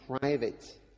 private